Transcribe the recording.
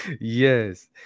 yes